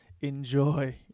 enjoy